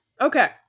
Okay